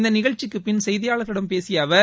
இந்த நிகழ்ச்சிக்குப்பின் செய்தியாளர்களிம் பேசிய அவர்